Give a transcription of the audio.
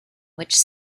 which